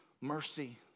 mercy